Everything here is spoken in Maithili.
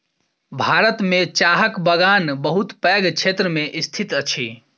भारत में चाहक बगान बहुत पैघ क्षेत्र में स्थित अछि